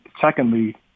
secondly